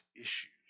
issues